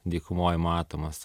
dykumoj matomas